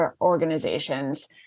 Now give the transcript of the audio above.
organizations